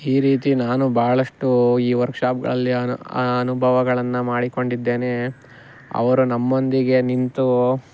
ಈ ರೀತಿ ನಾನು ಭಾಳಷ್ಟು ಈ ವರ್ಕ್ಶಾಪ್ಗಳಲ್ಲಿ ಅನ ಅನುಭವಗಳನ್ನು ಮಾಡಿಕೊಂಡಿದ್ದೇನೆ ಅವರು ನಮ್ಮೊಂದಿಗೆ ನಿಂತು